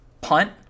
Punt